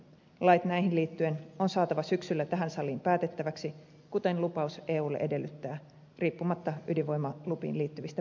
lait näihin liittyen on saatava syksyllä tähän saliin päätettäväksi kuten lupaus eulle edellyttää riippumatta ydinvoimalupiin liittyvistä päätöksistä